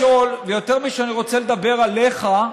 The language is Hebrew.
ויותר משאני רוצה לדבר עליך,